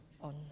on